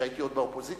כשהייתי עוד באופוזיציה,